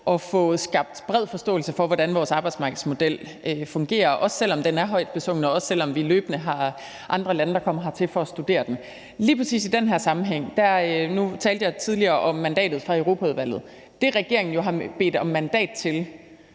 at få skabt bred forståelse for, hvordan vores arbejdsmarkedsmodel fungerer, også selv om den er højt besunget, og også selv om vi løbende har folk fra andre lande, der kommer hertil for at studere den. Lige præcis i den her sammenhæng vil jeg sige, at nu talte jeg tidligere om mandatet fra Europaudvalget, og det, regeringen jo har bedt om mandat til,